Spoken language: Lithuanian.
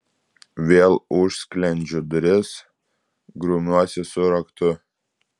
vėl užsklendžiu duris grumiuosi su raktu